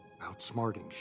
Outsmarting